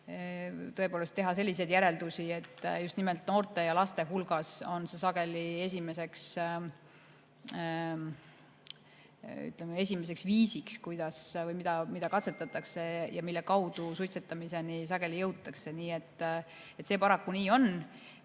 tõepoolest teha selliseid järeldusi, et just nimelt noorte ja laste hulgas on see sageli esimene viis, kuidas [suitsetamist] katsetatakse ja mille kaudu suitsetamiseni jõutakse. Nii see paraku on.